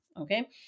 okay